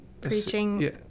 preaching